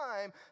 time